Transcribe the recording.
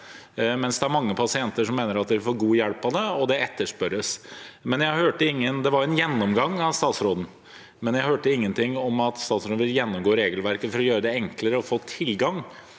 om det er mange pasienter som mener de får god hjelp av det, og det etterspørres. Det var en gjennomgang av statsråden, men jeg hørte ingenting om at statsråden vil gjennomgå regelverket for å gjøre det enklere å få tilgang